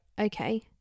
okay